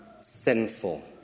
sinful